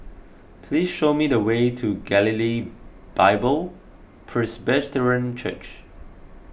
please show me the way to Galilee Bible Presbyterian Church